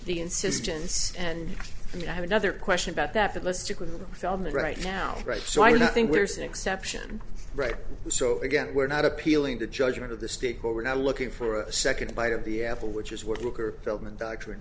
the insistence and and i have another question about that that let's stick with fell on the right now right so i don't think there's an exception right so again we're not appealing to the judgment of the state but we're not looking for a second bite of the apple which is what worker feldman doctrine